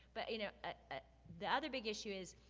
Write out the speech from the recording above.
but you know ah the other big issue is,